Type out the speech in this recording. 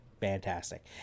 fantastic